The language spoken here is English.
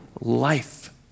life